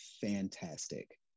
fantastic